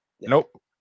nope